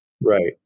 Right